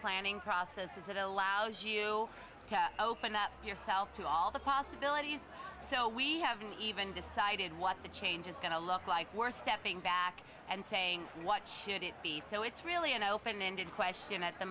planning process is it allows you to open up yourself to all the possibilities so we haven't even decided what the change is going to look like we're stepping back and saying what should it be so it's really an open ended question at the